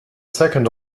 second